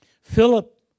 Philip